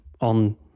on